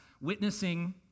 witnessing